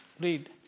read